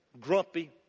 grumpy